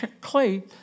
clay